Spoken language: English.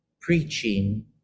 preaching